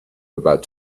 about